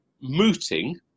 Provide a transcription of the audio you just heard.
mooting